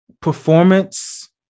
Performance